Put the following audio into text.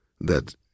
That